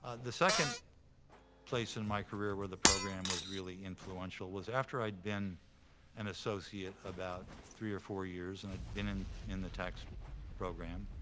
the second place in my career where the program was really influential was after i'd been an associate about three or four years and i'd been in the tax program.